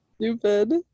stupid